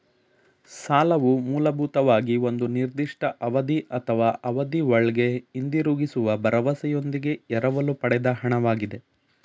ಸಾಲವು ಮೂಲಭೂತವಾಗಿ ಒಂದು ನಿರ್ದಿಷ್ಟ ಅವಧಿ ಅಥವಾ ಅವಧಿಒಳ್ಗೆ ಹಿಂದಿರುಗಿಸುವ ಭರವಸೆಯೊಂದಿಗೆ ಎರವಲು ಪಡೆದ ಹಣ ವಾಗಿದೆ